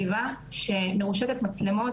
אם הייתי יוצאת הוא היה יודע לאן אני יוצאת.